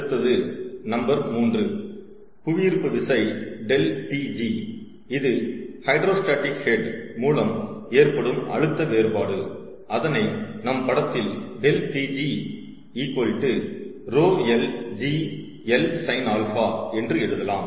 அடுத்தது நம்பர் 3 புவியீர்ப்பு விசை ∆Pg இது ஹைட்ரோ ஸ்டாடிக் ஹெட் மூலம் ஏற்படும் அழுத்த வேறுபாடு அதனை நம் படத்தில் ∆Pg ρl g L sinα என்று எழுதலாம்